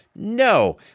No